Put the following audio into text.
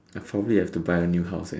I probably have to buy a new house eh